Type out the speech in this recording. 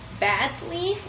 badly